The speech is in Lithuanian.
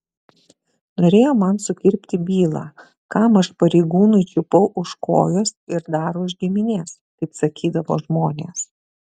norėjo man sukirpti bylą kam aš pareigūnui čiupau už kojos ir dar už giminės kaip sakydavo žmonės